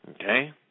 Okay